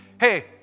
Hey